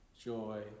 joy